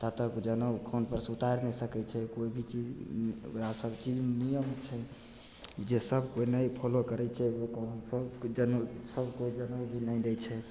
तातक जनउ कानपरसे उतारि नहि सकै छै कोइ भी चीज ओकरा सबचीजमे नियम छै जे सब कोइ नहि फॉलो करै छै ओहि कारणसे सब कोइ जनउ भी नहि लै छै